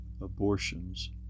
abortions